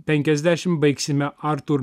penkiasdešimt baigsime artūr